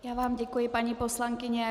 Já vám děkuji, paní poslankyně.